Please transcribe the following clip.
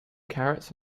carrots